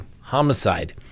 homicide